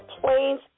plane's